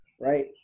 right